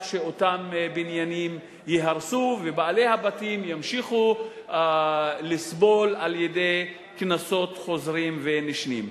שאותם בניינים ייהרסו ובעלי הבתים ימשיכו לסבול מקנסות חוזרים ונשנים.